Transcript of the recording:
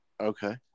Okay